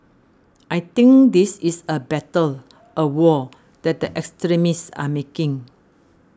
I think this is a battle a war that the extremists are making